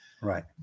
Right